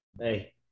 Hey